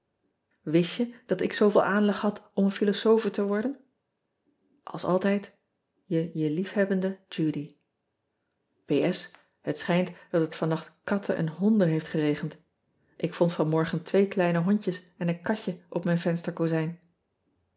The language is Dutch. ist je dat ik zooveel aanleg had om een philosophe te worden ls altijd e je liefhebbende udy et schijnt dat het van nacht katten en honden heeft geregend k vond van morgen twee kleine hondjes en een katje op mijn vensterkozijn